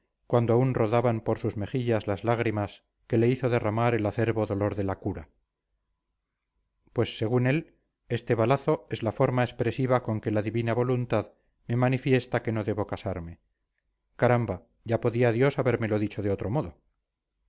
cuando aún rodaban por sus mejillas las lágrimas que le hizo derramar el acerbo dolor de la cura pues según él este balazo es la forma expresiva con que la divina voluntad me manifiesta que no debo casarme caramba ya podía dios habérmelo dicho de otro modo